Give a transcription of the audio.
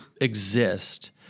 exist